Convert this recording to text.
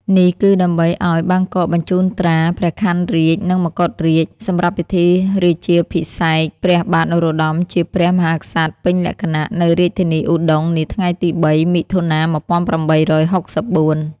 នេះគឺដើម្បីឱ្យ បាងកកបញ្ជូនត្រា ព្រះខ័នរាជ្យ និងមកុដរាជ្យ សម្រាប់ពិធីរាជាភិសេកព្រះបាទនរោត្តម ជាព្រះ មហាក្សត្រពេញលក្ខណៈ នៅរាជធានីឧដុង្គនាថ្ងៃទី៣ មិថុនា ១៨៦៤។